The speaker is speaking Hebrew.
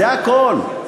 זה הכול.